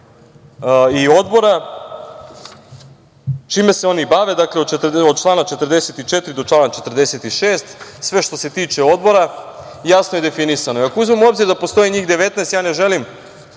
odbora, čime se oni bave. Dakle, od člana 44. do 46. sve što se tiče odbora je jasno definisano. Ako uzmemo u obzir da postoji njih 19, ja ne želim